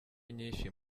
nyinshi